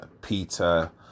Peter